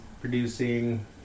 producing